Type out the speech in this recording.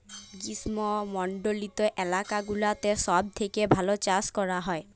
গ্রীস্মমন্ডলিত এলাকা গুলাতে সব থেক্যে ভাল চাস ক্যরা হ্যয়